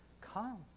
come